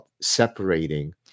separating